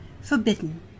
forbidden